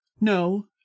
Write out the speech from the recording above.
No